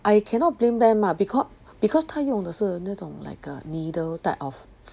I cannot blame them lah because because 他用的是那种 like a needle type of